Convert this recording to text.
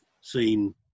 seen